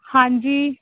ਹਾਂਜੀ